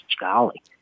Golly